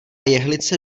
jehlice